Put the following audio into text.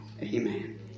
amen